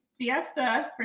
fiesta